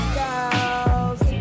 girls